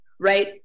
Right